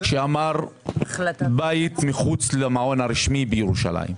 שאמר בית מחוץ למעון הרשמי בירושלים.